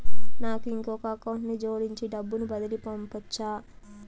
నాకు ఇంకొక అకౌంట్ ని జోడించి డబ్బును బదిలీ పంపొచ్చా?